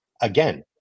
Again